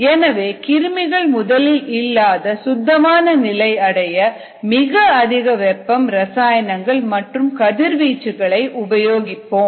எனவே கிருமிகள் முதலில் இல்லாத சுத்தமான நிலை அடைய மிக அதிக வெப்பம் ரசாயனங்கள் மற்றும் கதிர்வீச்சுகளை உபயோகிப்போம்